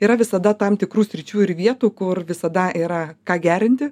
yra visada tam tikrų sričių ir vietų kur visada yra ką gerinti